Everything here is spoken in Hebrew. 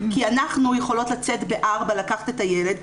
כי אנחנו יכולות לצאת ב-16:00 לקחת את הילד,